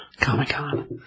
Comic-Con